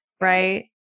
right